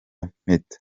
mpeta